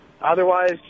Otherwise